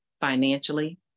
financially